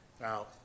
now